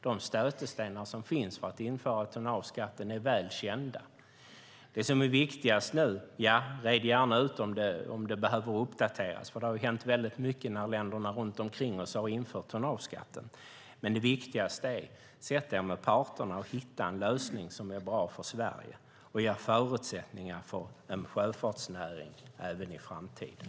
De stötestenar som finns för att införa tonnageskatten är väl kända. Man kan gärna reda ut om detta behöver uppdateras eftersom det har hänt mycket när länderna runt omkring oss har infört tonnageskatten. Men det viktigaste är att ni sätter er med parterna och hittar en lösning som är bra för Sverige och som ger förutsättningar för en sjöfartsnäring även i framtiden.